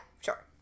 sure